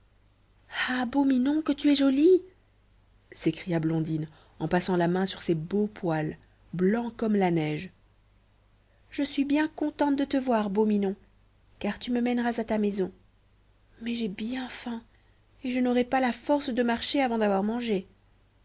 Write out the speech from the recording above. ah beau minon que tu es joli s'écria blondine en passant la main sur ses beaux poils blancs comme la neige je suis bien contente de te voir beau minon car tu me mèneras à ta maison mais j'ai bien faim et je n'aurais pas la force de marcher avant d'avoir mangé